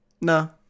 No